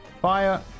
fire